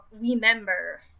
remember